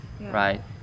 right